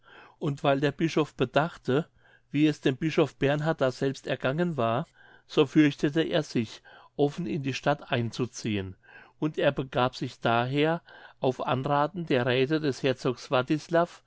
und weil der bischof bedachte wie es dem bischof bernhard daselbst ergangen war so fürchtete er sich offen in die stadt einzuziehen und er begab sich daher auf anrathen der räthe des herzogs wartislav